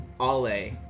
Ale